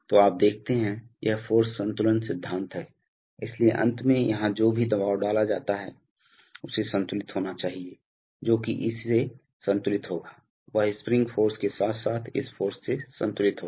तो आप देखते हैं यह फ़ोर्स संतुलन सिद्धांत है इसलिए अंत में यहां जो भी दबाव डाला जा रहा है उसे संतुलित होना चाहिए जो कि इस से संतुलित होगा वह स्प्रिंग फ़ोर्स के साथ साथ इस फ़ोर्स से संतुलित होगा